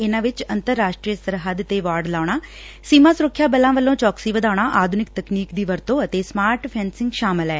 ਇਨੁਾਂ ਵਿਚ ਅੰਤਰਰਾਸਟਰੀ ਸਰਹੱਦ ਤੇ ਵਾੜ ਲਾਉਣਾ ਸੀਮਾ ਸੁਰੱਖਿਆ ਬੱਲਾਂ ਵੱਲੋਂ ਚੌਕਸੀ ਵਧਾਉਣਾ ਆਧੁਨਿਕ ਤਕਨੀਕ ਦੀ ਵਰਤੋਂ ਅਤੇ ਸਮਾਰਟ ਫੇਨਸੰੰਗ ਸ਼ਾਮਲ ਐ